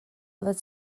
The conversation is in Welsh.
oeddet